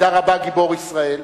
במידה רבה גיבור ישראל,